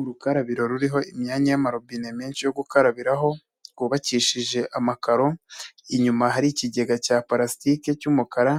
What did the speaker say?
Urukarabiro ruriho imyanya y'amarobine menshi yo gukarabiraho rwubakishije amakaro, inyuma hari ikigega cya parasitike cy'umukara